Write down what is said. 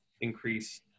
increase